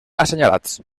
assenyalats